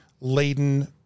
laden